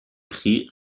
prix